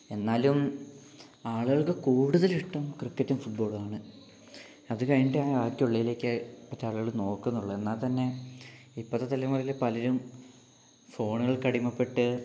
എന്നാലും ആളുകൾക്ക് കൂടുതലിഷ്ടം ക്രിക്കറ്റും ഫുട്ബോളും ആണ് അത് കഴിഞ്ഞിട്ടേ ബാക്കി ഉള്ളതിലേക്ക് മറ്റ് ആളുകൾ നോക്കുന്നുള്ളു എന്നാൽ തന്നെ ഇപ്പോഴത്തെ തലമുറയില് പലരും ഫോണുകൾക്ക് അടിമപ്പെട്ട്